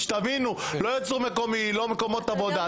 שתבינו, לא יהיה ייצור מקומי, לא מקומות עבודה.